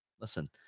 listen